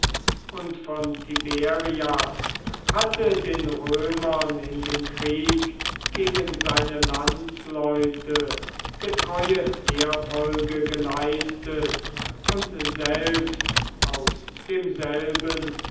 und von tiberias hatte den römern in dem krieg gegen seine landsleute getreue heerfolge geleistet und selbst aus demselben